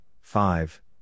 five